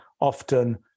often